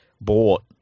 bought